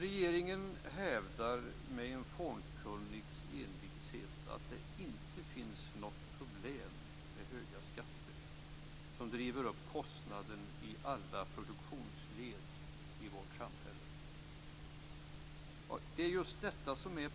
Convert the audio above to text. Regeringen hävdar dock med en fåkunnigs envishet att det inte finns något problem med höga skatter som driver upp kostnaden i alla produktionsled i vårt samhälle.